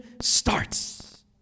starts